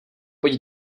pojď